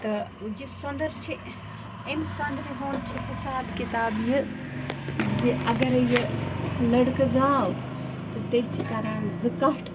تہٕ یہِ سۄنٛدٕر چھِ اَمہِ سۄنٛدرِ ہُنٛد چھِ حساب کِتاب یہِ زِ اگرے یہِ لٔڑکہٕ زاو تہٕ تیٚلہِ چھِ کران زٕ کَٹھ